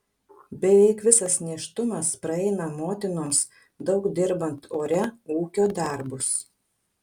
beveik visas nėštumas praeina motinoms daug dirbant ore ūkio darbus